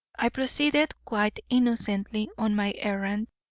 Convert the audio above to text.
i proceeded quite innocently on my errand,